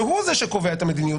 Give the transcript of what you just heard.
שהוא זה שקובע את המדיניות,